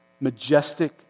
majestic